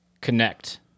connect